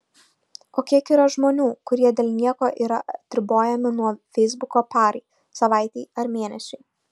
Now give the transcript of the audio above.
o kiek yra žmonių kurie dėl nieko yra atribojami nuo feisbuko parai savaitei ar mėnesiui